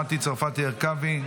מטי צרפתי הרכבי,